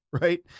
right